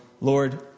Lord